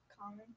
Common